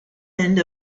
end